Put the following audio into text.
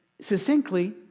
Succinctly